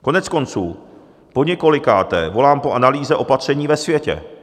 Koneckonců poněkolikáté volám po analýze opatření ve světě.